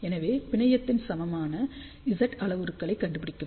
எனவே பிணையத்தின் சமமான Z அளவுருக்களை கண்டுபிடிக்கவும்